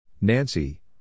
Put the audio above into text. Nancy